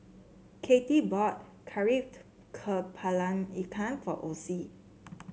Katie bought kari kepala ikan for Ossie